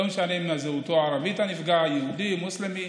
לא משנה מה זהות הנפגע, ערבי, יהודי, מוסלמי.